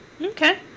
Okay